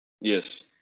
Yes